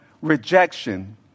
rejection